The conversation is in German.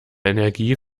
energie